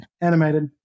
Animated